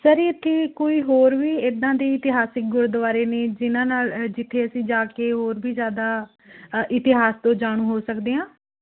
sir ਇੱਥੇ ਕੋਈ ਹੋਰ ਵੀ ਇੱਦਾਂ ਦੇ ਇਤਿਹਾਸਿਕ ਗੁਰਦੁਆਰੇ ਨੇ ਜਿਨ੍ਹਾਂ ਨਾਲ ਜਿੱਥੇ ਅਸੀਂ ਜਾ ਕੇ ਹੋਰ ਵੀ ਜ਼ਿਆਦਾ ਇਤਿਹਾਸ ਤੋਂ ਜਾਣੂ ਹੋ ਸਕਦੇ ਹਾਂ